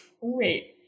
wait